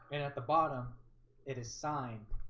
and at the bottom it is signed